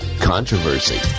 controversy